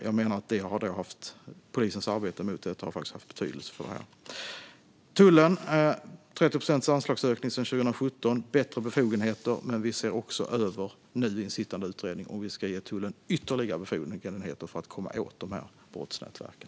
Jag menar att polisens arbete mot dem har haft betydelse. Tullen har fått en 30-procentig anslagsökning sedan 2017 och ökade befogenheter, men nu ser vi genom en sittande utredning över om vi ska ge tullen ytterligare befogenheter för att komma åt brottsnätverken.